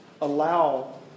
allow